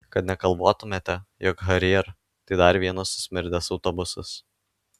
kad negalvotumėte jog harrier tai dar vienas susmirdęs autobusas